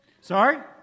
Sorry